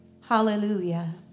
Hallelujah